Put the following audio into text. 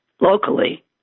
locally